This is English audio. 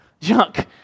Junk